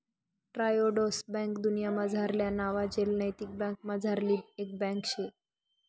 Triodos bank दुन्यामझारल्या नावाजेल नैतिक बँकासमझारली एक बँक शे